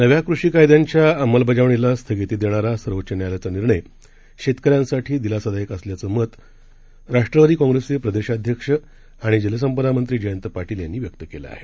नव्या कृषी कायद्यांच्या अंमलबजावणीला स्थगिती देणारा सर्वोच्च न्यायालयाचा निर्णय शेतकऱ्यांसाठी दिलासादायक असल्याचं मत राष्ट्रवादी काँप्रेसचे प्रदेशाध्यक्ष आणि जलसंपदामंत्री जयंत पाटील व्यक्त केलं आहे